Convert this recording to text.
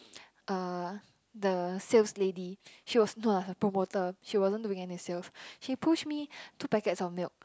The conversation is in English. uh the sales lady she was not the promoter she wasn't doing any sales she push me two packets of milk